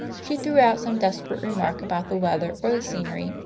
she threw out some desperate remark about the weather or the scenery,